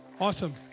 Awesome